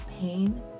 pain